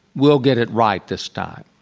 we'll get it right this time.